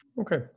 Okay